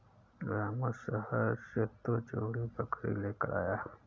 रामू शहर से दो जोड़ी बकरी लेकर आया है